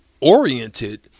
oriented